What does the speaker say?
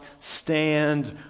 Stand